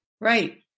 Right